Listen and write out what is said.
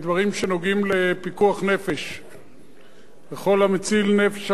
וכל המציל נפש אחת מישראל כאילו הציל עולם שלם.